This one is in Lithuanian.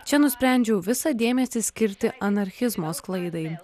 čia nusprendžiau visą dėmesį skirti anarchizmo sklaidai